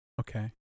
Okay